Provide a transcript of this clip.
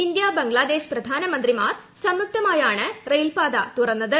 India Bangladesh പ്രധാന മന്ത്രിമാർ സംയുക്തമായാണ് റെയിൽ പാത തുറന്നത്